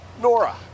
Nora